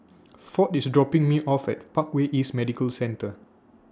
Ford IS dropping Me off At Parkway East Medical Centre